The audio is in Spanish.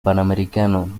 panamericano